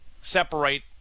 separate